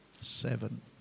seven